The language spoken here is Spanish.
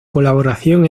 colaboración